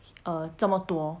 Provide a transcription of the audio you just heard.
err 这么多